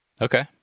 Okay